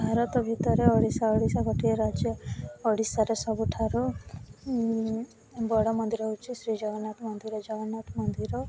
ଭାରତ ଭିତରେ ଓଡ଼ିଶା ଓଡ଼ିଶା ଗୋଟିଏ ରାଜ୍ୟ ଓଡ଼ିଶାରେ ସବୁଠାରୁ ବଡ଼ ମନ୍ଦିର ହେଉଛି ଶ୍ରୀ ଜଗନ୍ନାଥ ମନ୍ଦିର ଜଗନ୍ନାଥ ମନ୍ଦିର